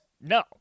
No